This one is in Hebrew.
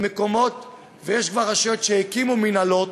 יש כבר רשויות שהקימו מינהלות